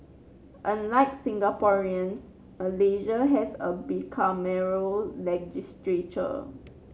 unlike Singaporeans Malaysia has a bicameral legislature